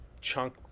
chunk